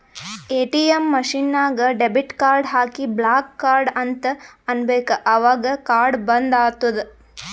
ATM machine ನಾಗ್ debit card ಹಾಕಿ block card ಅಂತ್ ಅನ್ಬೇಕ ಅವಗ್ ಕಾರ್ಡ ಬಂದ್ ಆತ್ತುದ್